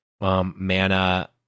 mana